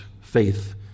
faith